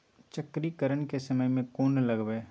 चक्रीकरन के समय में कोन लगबै?